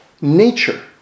nature